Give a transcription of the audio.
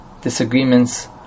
disagreements